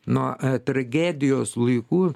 nuo tragedijos laikų